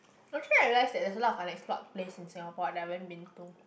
actually I realised that there's a lot of unexplored place in Singapore I never been to